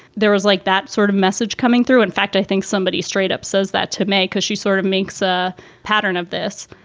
there was like that sort of message coming through. in fact, i think somebody straight up says that to me because she sort of makes a pattern of this.